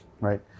Right